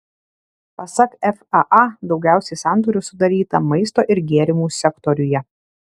pasak faa daugiausiai sandorių sudaryta maisto ir gėrimų sektoriuje